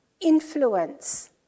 influence